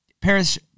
Paris